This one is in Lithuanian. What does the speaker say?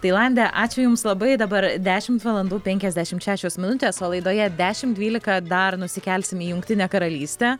tailande ačiū jums labai dabar dešimt valandų penkiasdešimt šešios minutės o laidoje dešimt dvylika dar nusikelsim į jungtinę karalystę